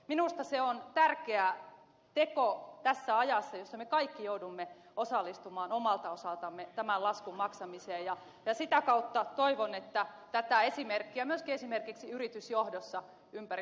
minusta se on tärkeä teko tässä ajassa jossa me kaikki joudumme osallistumaan omalta osaltamme tämän laskun maksamiseen ja sitä kautta toivon että tätä esimerkkiä myöskin esimerkiksi yritysjohdossa ympäri suomea noudatettaisiin